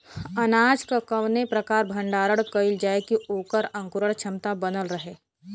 अनाज क कवने प्रकार भण्डारण कइल जाय कि वोकर अंकुरण क्षमता बनल रहे?